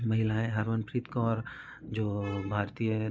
महिलाएँ हरमनप्रीत कौर जो भारतीय